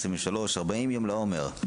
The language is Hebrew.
40 יום לעומר.